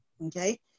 Okay